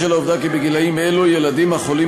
בשל העובדה שבגילים אלו ילדים החולים